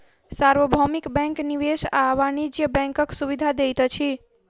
सार्वभौमिक बैंक निवेश आ वाणिज्य बैंकक सुविधा दैत अछि